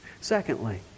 Secondly